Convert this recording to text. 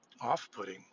off-putting